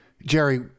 Jerry